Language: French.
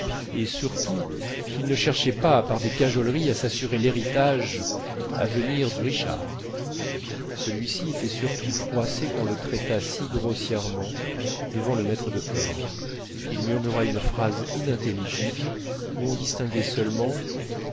et surtout qu'il ne cherchait pas par des cajoleries à s'assurer l'héritage à venir du richard celui-ci était surtout froissé qu'on le traitât si grossièrement devant le maître d'hôtel il murmura une phrase inintelligible où on distinguait seulement